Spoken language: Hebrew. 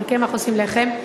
מקמח עושים לחם,